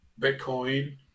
bitcoin